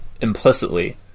implicitly